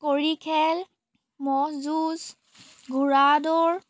কৰি খেল মহ যুঁজ ঘোৰা দৌৰ